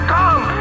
come